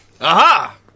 aha